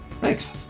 Thanks